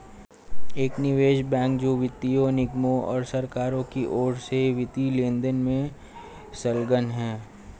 एक निवेश बैंक जो व्यक्तियों निगमों और सरकारों की ओर से वित्तीय लेनदेन में संलग्न है